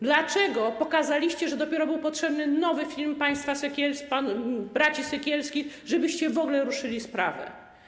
Dlaczego pokazaliście, że dopiero był potrzebny nowy film państwa Sekielskich, panów, braci Sekielskich, żebyście w ogóle ruszyli sprawę?